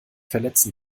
verletzen